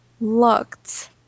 looked